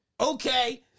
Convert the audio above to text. Okay